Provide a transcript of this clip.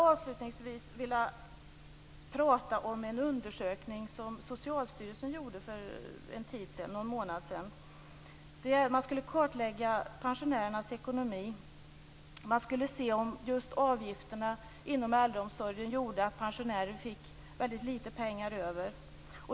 Avslutningsvis vill jag prata om en undersökning som Socialstyrelsen gjorde för någon månad sedan. Man skulle kartlägga pensionärernas ekonomi och se om just avgifterna inom äldreomsorgen gjorde att pensionärer fick väldigt litet pengar över.